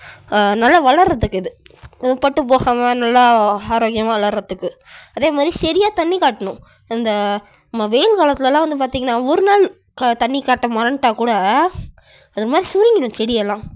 நல்லா வளர்கிறத்துக்கு இது பட்டுபோகாமல் நல்ல ஆரோக்கியமாக வளர்கிறத்துக்கு அதே மாதிரி சரியா தண்ணி காட்டணும் அந்த வெயில் காலத்துலெலாம் வந்து பார்த்தீங்கன்னா ஒரு நாள் தண்ணி காட்ட மறந்துவிட்டா கூட அது மாதிரி சுருங்கிவிடும் செடியெல்லாம்